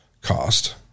cost